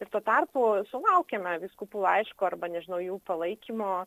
ir tuo tarpu sulaukiame vyskupų laiško arba nežinau jų palaikymo